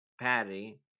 Patty